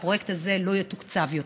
והפרויקט הזה לא יתוקצב יותר.